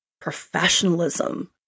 professionalism